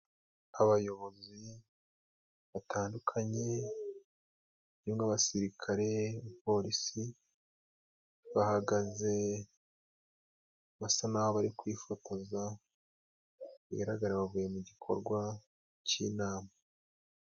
Abayobozi batandukanye harimo abasirikare n'ababapolisi, bahagaze basa naho bari kwifotoza, bigaragara bavuye mu gikorwa c'inama.